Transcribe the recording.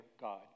God